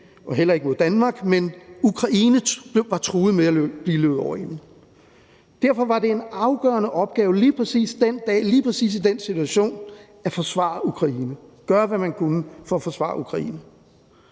og heller ikke mod Danmark, men Ukraine var truet med at blive løbet over ende. Derfor var det en afgørende opgave lige præcis den dag, lige præcis i den situation, at forsvare Ukraine; gøre hvad man kunne for at forsvare Ukraine.